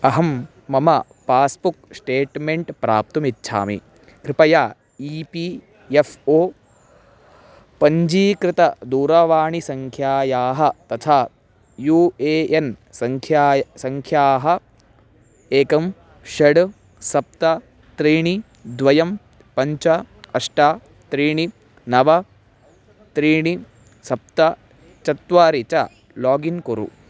अहं मम passbook statement प्राप्तुमिच्छामि कृपया ई पी एफ़् ओ पञ्जीकृतदूरावाणिसङ्ख्यायाः तथा यू ए एन् सङ्ख्या सङ्ख्याः एकं षड् सप्त त्रीणि द्वयं पञ्च अष्ट त्रीणि नव त्रीणि सप्त चत्वारि च लागिन् कुरु